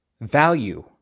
value